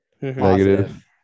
Negative